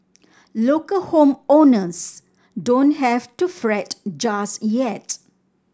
local home owners don't have to fret just yet